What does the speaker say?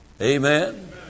Amen